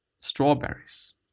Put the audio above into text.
strawberries